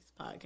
podcast